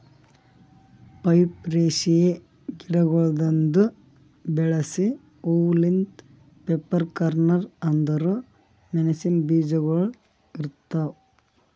ಪೈಪರೇಸಿಯೆ ಗಿಡಗೊಳ್ದಾಂದು ಬೆಳಸ ಹೂ ಲಿಂತ್ ಪೆಪ್ಪರ್ಕಾರ್ನ್ ಅಂದುರ್ ಮೆಣಸಿನ ಬೀಜಗೊಳ್ ಬರ್ತಾವ್